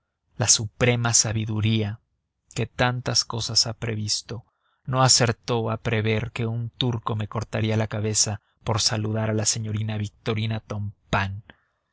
la suprema sabiduría que tantas cosas ha previsto no acertó a prever que un turco me cortaría la cabeza por saludar a la señorita victorina tompain